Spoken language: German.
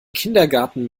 kindergarten